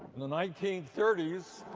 in the nineteen thirty s,